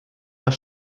das